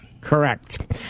Correct